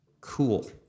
cool